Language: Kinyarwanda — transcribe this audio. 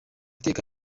teka